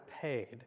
paid